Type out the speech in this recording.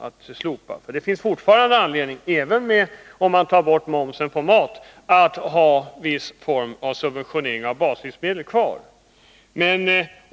Även om man tar bort momsen på mat finns det fortfarande anledning att ha kvar en viss form av subventionering av baslivsmedlen.